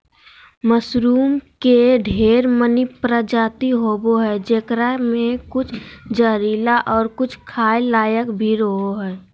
mushroom के ढेर मनी प्रजाति होवो हय जेकरा मे कुछ जहरीला और कुछ खाय लायक भी रहो हय